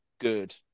good